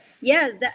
yes